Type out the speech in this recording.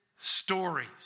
stories